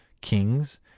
kings